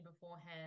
beforehand